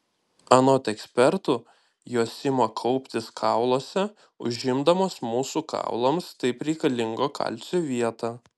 anot ekspertų jos ima kauptis kauluose užimdamos mūsų kaulams taip reikalingo kalcio vietą